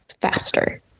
faster